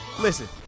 Listen